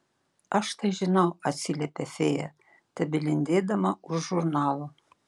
aš tai žinau atsiliepia fėja tebelindėdama už žurnalo